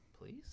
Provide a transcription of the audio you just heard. Please